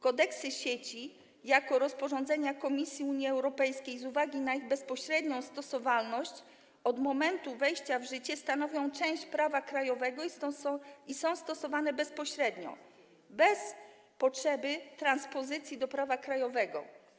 Kodeksy sieci jako rozporządzenia Komisji Unii Europejskiej z uwagi na ich bezpośrednią stosowalność od momentu wejścia w życie stanowią część prawa krajowego i są stosowane bezpośrednio, bez potrzeby transpozycji do prawa krajowego.